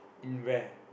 in where